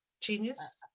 genius